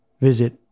visit